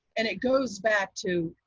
and it goes back to